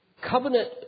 covenant